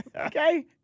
okay